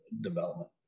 development